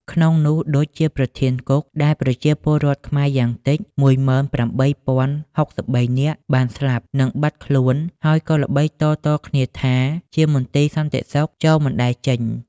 ក្នុងនោះ ឌុច ជាប្រធានគុក ដែលប្រជាពលរដ្ឋខ្មែរយ៉ាងតិច ១៨០៦៣នាក់បានស្លាប់ និងបាត់ខ្លួនហើយក៏ល្បីតៗគ្នាថា ជាមន្ទីរសន្តិសុខ ចូលមិនដែលចេញ។